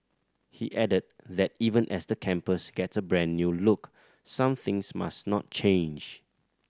he added that even as the campus gets a brand new look some things must not change